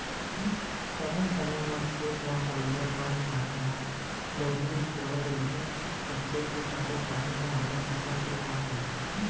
समे समे म खेत म होवइया बन पानी मन ल नींदत कोड़त रहिबे त खेत के फसल पानी ह बने किसम के होवत रहिथे